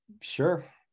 sure